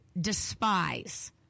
despise